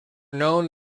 known